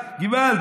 געוואלד,